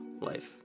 life